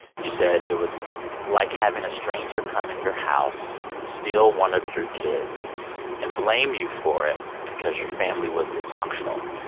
you said it was like having a stranger come in your house, steal one of your kids and blame you for it because your family was dysfunctional,